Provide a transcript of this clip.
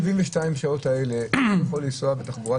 השעות האלה הוא יכול לנסוע בתחבורה הציבורית?